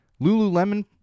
Lululemon